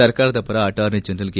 ಸರ್ಕಾರದ ಪರ attorney general K